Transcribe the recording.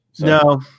No